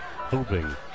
Hoping